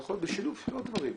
זה יכול בשילוב של עוד דברים.